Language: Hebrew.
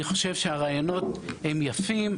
אני חושב שהרעיונות הם יפים,